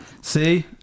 see